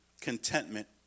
contentment